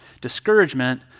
Discouragement